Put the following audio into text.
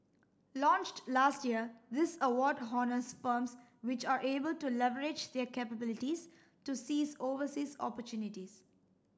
launched last year this award honours firms which are able to leverage their capabilities to seize overseas opportunities